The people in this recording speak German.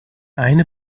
eine